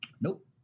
Nope